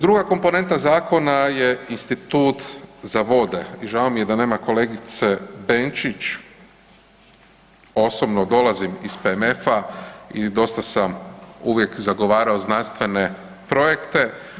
Druga komponenta zakona je Institut za vode i žao mi je da nema kolegice Benčić, osobno dolazim iz PMF-a i dosta sam uvijek zagovarao znanstvene projekte.